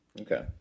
Okay